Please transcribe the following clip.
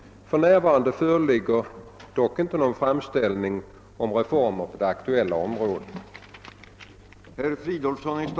För närvarande föreligger dock inte någon framställning om reformer på det aktuella området.